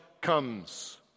comes